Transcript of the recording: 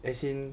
as in